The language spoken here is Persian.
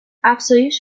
افزایش